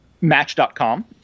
match.com